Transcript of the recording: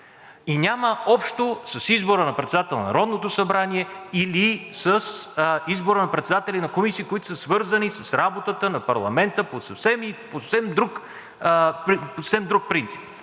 Няма общо с избора на председател на Народното събрание или с избора на председатели на комисии, които са свързани с работата на парламента по съвсем друг принцип.